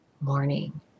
morning